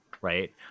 Right